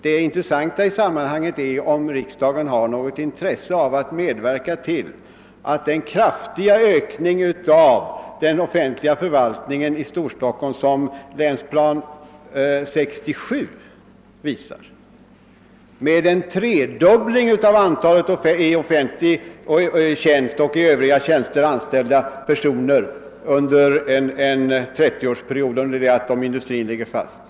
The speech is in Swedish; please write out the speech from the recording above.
Det intressanta i sammanhanget är om riksdagen har något intresse av att medverka till den kraftiga ökningen av den offentliga förvaltningen i Storstockholm; Länsplanering 67 visar ju en tredubbling av antalet i offentlig tjänst och övriga tjänster anställda personer under en 39-årsperiod, medan antalet anställda inom industrin ligger stilla.